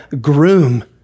groom